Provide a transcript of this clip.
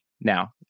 now